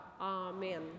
amen